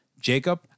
Jacob